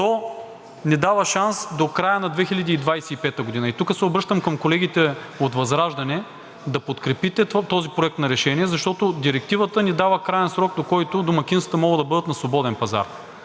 то ни дава шанс до края на 2025 г. Тук се обръщам към колегите от ВЪЗРАЖДАНЕ да подкрепите този проект на решение, защото Директивата ни дава краен срок, до който домакинствата могат да бъдат на свободен пазар.